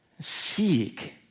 seek